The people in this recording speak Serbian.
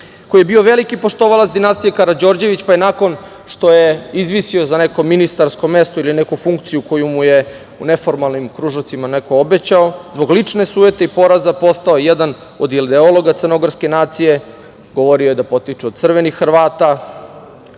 koji je bio veliki poštovalac dinastije Karađorđević, koji je nakon što je izvisio za neko ministarsko mesto ili neku funkciju koju mu je u neformalnim krugovima neko obećao, zbog lične sujete i poraza postao jedan od ideologa crnogorske nacije, govorio je da potiče od crvenih Hrvata